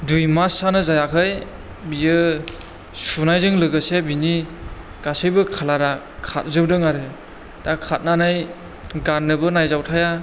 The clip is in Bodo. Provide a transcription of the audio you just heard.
दुइ मासआनो जायाखै बियो सुनायजों लोगोसे बिनि गासैबो खालारा खारजोबदों आरो दा खारनानै गाननोबो नायजावथाया